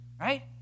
right